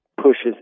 pushes